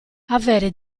avere